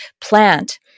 plant